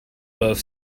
both